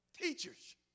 teachers